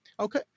Okay